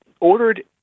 ordered